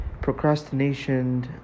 procrastination